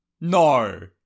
No